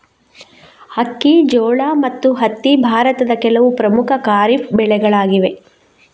ಅಕ್ಕಿ, ಜೋಳ ಮತ್ತು ಹತ್ತಿ ಭಾರತದ ಕೆಲವು ಪ್ರಮುಖ ಖಾರಿಫ್ ಬೆಳೆಗಳಾಗಿವೆ